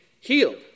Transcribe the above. healed